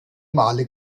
male